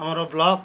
ଆମର ବ୍ଲକ୍